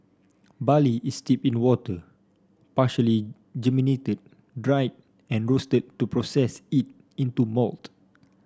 barley is steeped in water partially germinated dried and roasted to process it into malt